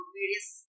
various